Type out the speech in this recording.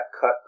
cut